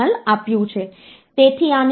તેથી આપણે 2 ઘાત ઓછા 1 વત્તા 1 માં 2 ઘાત ઓછા 2